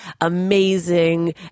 amazing